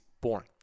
born